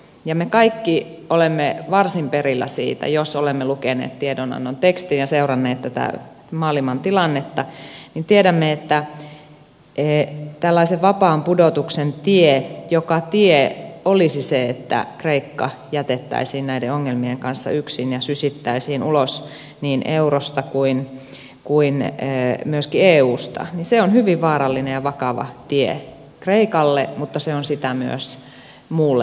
me kaikki olemme varsin perillä siitä jos olemme lukeneet tiedonannon tekstin ja seuranneet tätä maailman tilannetta tiedämme että tällaisen vapaan pudotuksen tie joka tie olisi se että kreikka jätettäisiin näiden ongelmien kanssa yksin ja sysittäisiin ulos niin eurosta kuin myöskin eusta on hyvin vaarallinen ja vakava tie kreikalle mutta se on sitä myös muulle euroopalle